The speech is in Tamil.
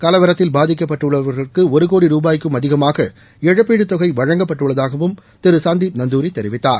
கலவரத்தில் பாதிக்கப்பட்டுள்ளவர்களுக்கு ஒரு ரூபாய்க்கும் அதிகமாக இழப்பீடு தொகை வழங்கப்பட்டுள்ளதாகவும் திரு சந்தீப் நந்தூரி தெரிவித்தார்